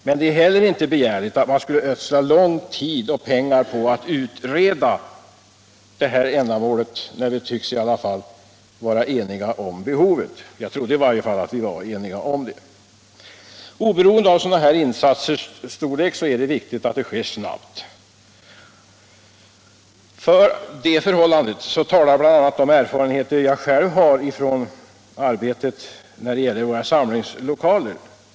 Men det är inte att begära att man skulle ödsla lång tid och mycket pengar på att utreda detta, när vi nu är eniga om behovet — jag trodde i varje fall att vi var eniga om det! Oberoende av storleken på en sådan här insats är det viktigt att den sker snabbt. För detta talar bl.a. de erfarenheter jag själv har av energistödet till samlingslokaler.